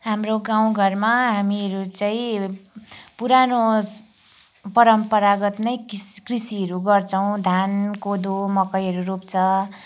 हाम्रो गाउँघरमा हामीहरू चाहिँ पुरानो परम्परागत नै किस कृषिहरू गर्छौँ धान कोदो मकैहरू रोप्छ